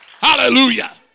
Hallelujah